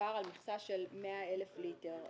דובר על מכסה של 100,000 ליטר.